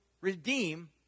redeem